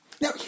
Now